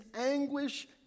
anguish